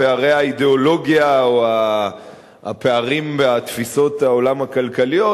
פערי האידיאולוגיה או הפערים בתפיסות העולם הכלכליות,